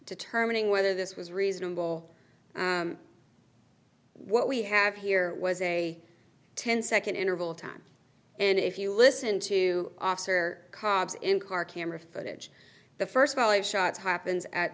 determining whether this was reasonable what we have here was a ten second interval of time and if you listen to officer cobbs in car camera footage the first volley of shots happens at